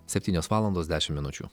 septynios valandos dešim minučių